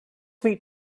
meet